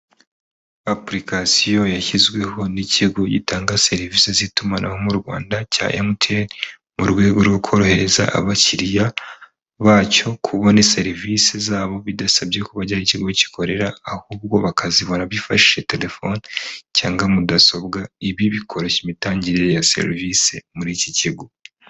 Apulikasiyo yashyizweho n'ikigo gitanga serivisi z'itumanaho mu Rwanda cya MTN mu rwego rwo korohereza abakiriya bacyo kubona serivisi zabo bidasabye ko bajya aho ikigo gikorera ahubwo bakazikora bifashishije telefoni cyangwa mudasobwa, ibi bikoroshya imitangire ya serivisi muri iki kigo.